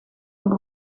een